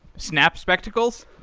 snap spectacles?